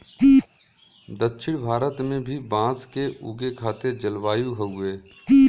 दक्षिण भारत में भी बांस के उगे खातिर जलवायु हउवे